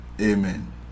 Amen